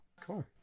cool